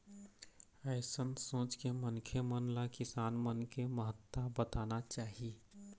अइसन सोच के मनखे मन ल किसान मन के महत्ता बताना चाही